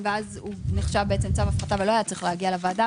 ואז נחשב צו הפרטה ולא היה צריך להגיע לוועדה,